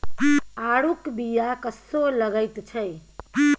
आड़ूक बीया कस्सो लगैत छै